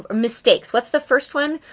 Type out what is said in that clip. ah mistakes. what's the first one?